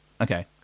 Okay